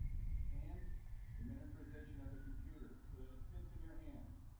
and the miniaturization of the computer so that it fits in your hands.